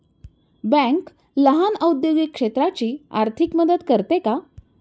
Bank लहान औद्योगिक क्षेत्राची आर्थिक मदत करते का?